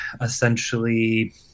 essentially